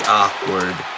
awkward